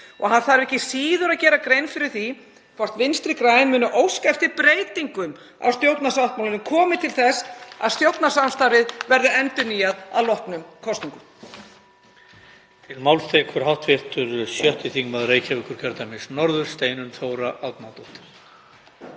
Hann þarf ekki síður að gera grein fyrir því hvort Vinstri græn muni óska eftir breytingum á stjórnarsáttmálanum komi til þess að stjórnarsamstarfið verði endurnýjað að loknum kosningum.